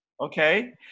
Okay